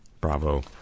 Bravo